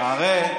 חמישה חודשים,